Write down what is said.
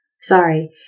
sorry